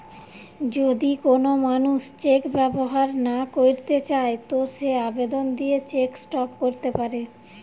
যদি কোন মানুষ চেক ব্যবহার না কইরতে চায় তো সে আবেদন দিয়ে চেক স্টপ ক্যরতে পারে